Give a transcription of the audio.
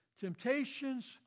temptations